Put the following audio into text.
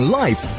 life